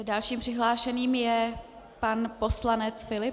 Dalším přihlášeným je pan poslanec Filip.